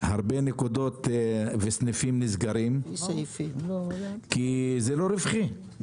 הרבה נקודות וסניפים נסגרים כי זה לא רווחי.